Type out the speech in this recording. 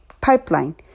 Pipeline